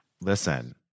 Listen